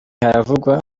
haravugwa